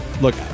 look